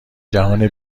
جهان